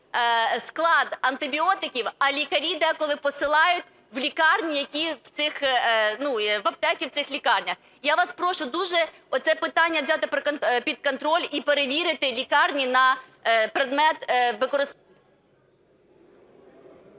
склад антибіотиків, а лікарі деколи посилають в аптеки в цих лікарнях". Я вас прошу дуже це питання взяти під контроль і перевірити лікарні на предмет використання…